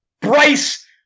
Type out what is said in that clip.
Bryce